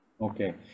Okay